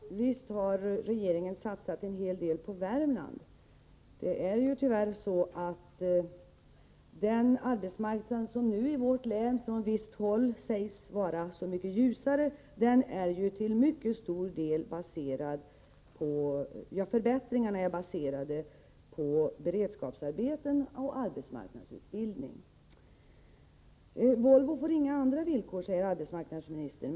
Fru talman! Visst har regeringen satsat en hel del på Värmland. Det är ju tyvärr så att förbättringarna på arbetsmarknaden i vårt län — där förhållande na från visst håll sägs vara mycket ljusare — till mycket stor del beror på beredskapsarbeten och arbetsmarknadsutbildning. Volvo får inte några andra villkor än andra företag, säger arbetsmarknadsministern.